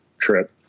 trip